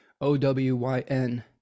O-W-Y-N